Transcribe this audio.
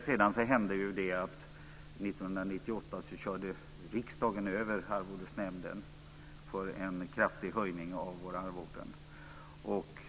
Sedan hände det att 1998 körde riksdagen över Arvodesnämnden för en kraftig höjning av våra arvoden.